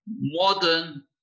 modern